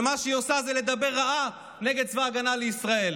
כשמה שהיא עושה זה לדבר רעה נגד צבא ההגנה לישראל.